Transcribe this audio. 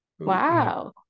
Wow